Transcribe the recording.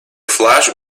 flash